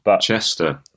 Chester